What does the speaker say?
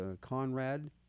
Conrad